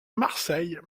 marseille